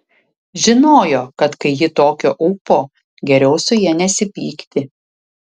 žinojo kad kai ji tokio ūpo geriau su ja nesipykti